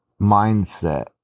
mindset